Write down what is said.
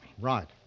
Right